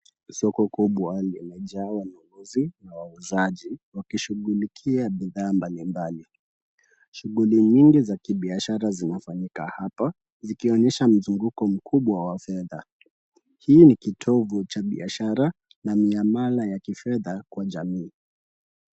Soko kubwa limejaa wanunuzi na wauzaji wakishughulikia bidhaa mbalimbali. Shughuli mingi za kibiashara zinafanyika hapa, zikionyesha mzunguko mkubwa wa fedha. Hii ni kitovu cha biashara na miamala ya kifedha kwa jamii.